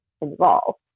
involved